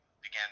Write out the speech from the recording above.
began